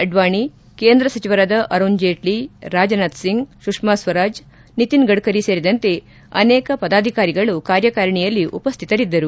ಅಡ್ನಾಣಿ ಕೇಂದ್ರ ಸಚಿವರಾದ ಅರುಣ್ ಜೀಟ್ಟ ರಾಜನಾಥಸಿಂಗ್ ಸುಷ್ನಾಶ್ವರಾಜ್ ನಿತಿನ್ ಗಡ್ಡರಿ ಸೇರಿದಂತೆ ಅನೇಕ ಪದಾಧಿಕಾರಿಗಳು ಕಾರ್ಯಕಾರಿಣಿಯಲ್ಲಿ ಉಪಸ್ಸಿತರಿದ್ದರು